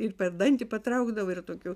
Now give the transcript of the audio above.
ir per dantį patraukdavo ir tokių